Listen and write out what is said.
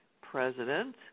president